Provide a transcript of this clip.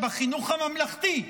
שבחינוך הממלכתי,